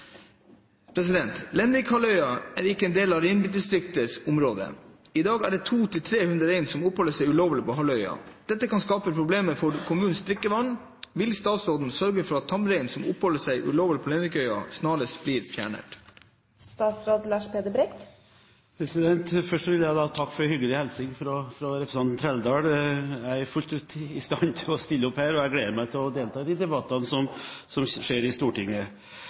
ulovlig på halvøya. Dette kan skape problemer for kommunens drikkevann. Vil statsråden sørge for at de tamreinene som oppholder seg ulovlig på Lenvikhalvøya, snarest blir fjernet?» Først vil takke for hyggelig hilsen fra representanten Trældal. Jeg er fullt ut i stand til å stille opp her, og jeg gleder meg til å delta i de debattene som skjer i Stortinget.